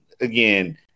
again